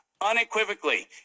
unequivocally